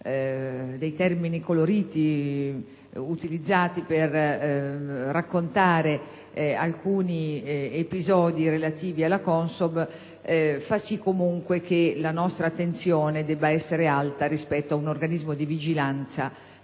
dei termini coloriti utilizzati per raccontare alcuni episodi relativi alla CONSOB, fa sì comunque che la nostra attenzione debba essere alta rispetto ad un organismo di vigilanza